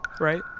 right